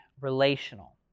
relational